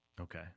okay